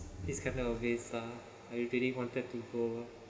it's kind of a waste lah everybody wanted to go